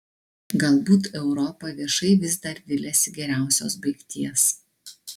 galbūt europa viešai vis dar viliasi geriausios baigties